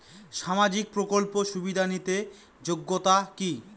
সামাজিক প্রকল্প সুবিধা নিতে যোগ্যতা কি?